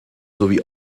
sowie